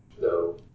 No